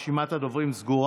רשימת הדוברים סגורה.